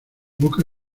boca